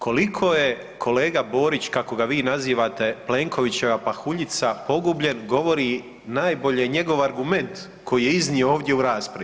Koliko je kolega Borić kako ga vi nazivate Plenkovićeva pahuljica pogubljen govori najbolje njegov argument koji je iznio ovdje u raspravi.